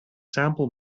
sample